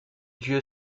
dieu